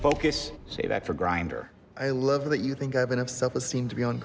focus say that for grindr i love that you think i've been of self esteem to be